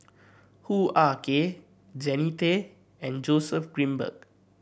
Hoo Ah Kay Jannie Tay and Joseph Grimberg